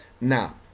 now